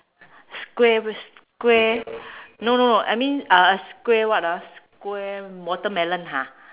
square wh~ square no no no I mean uh square what ah square watermelon ha